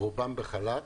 רובם בחל"ת.